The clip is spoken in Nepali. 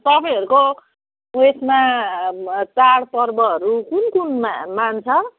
तपाईँहरूको उसमा चाडपर्वहरू कुनकुन मा मान्छ